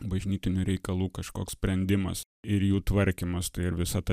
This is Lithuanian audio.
bažnytinių reikalų kažkoks sprendimas ir jų tvarkymas tai ir visa ta